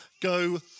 go